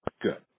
good